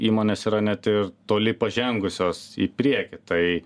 įmonės yra net ir toli pažengusios į priekį tai